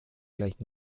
gleich